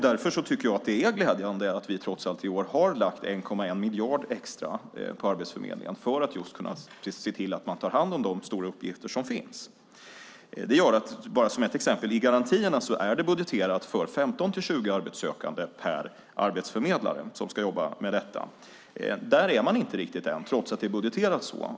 Därför tycker jag att det är glädjande att vi i år trots allt har lagt 1,1 miljarder extra på Arbetsförmedlingen för att se till att man tar hand om de stora uppgifter som finns. Det gör, bara som ett exempel, att det i garantierna är budgeterat för 15-20 arbetssökande per arbetsförmedlare som ska jobba med detta. Där är man inte riktigt än, trots att det är budgeterat så.